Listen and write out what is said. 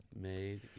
Made